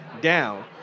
down